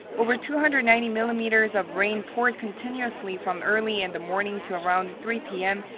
over two hundred ninety millimeters of rain poured continuously from early in the morning to around three p m,